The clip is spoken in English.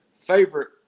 favorite